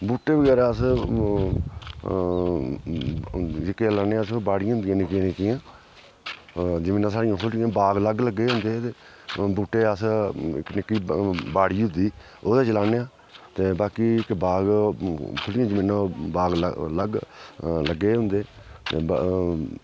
बूह्टे बगैरा अस जेह्के लाने अस बाड़ियां होंदियां निक्कियां निक्कियां जमीनां साढ़ियां खुल्लियां बाग अलग लग्गे दे होंदे ते बूहटे अस निक्की बाड़ी होंदी ओहदे च लान्ने आं ते बाकी इक बाग खुल्लियां जमीनां बाग अलग लग्गे दे होंदे